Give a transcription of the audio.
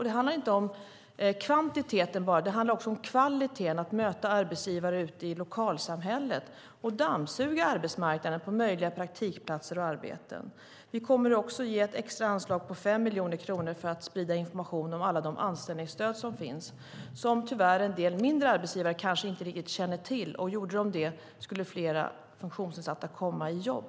Det handlar inte bara om kvantitet utan också om kvaliteten och att möta arbetsgivare ute i lokalsamhällen och dammsuga arbetsmarknaden på möjliga praktikplatser och arbeten. Vi kommer också att ge ett extra anslag på 5 miljoner kronor för att sprida information om alla de anställningsstöd som finns som tyvärr en del mindre arbetsgivare kanske inte riktigt känner till. Gjorde de det skulle fler funktionsnedsatta komma i jobb.